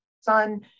son